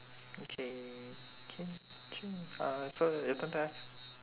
okay can uh so your turn to ask